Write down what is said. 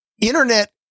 internet